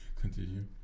continue